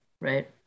right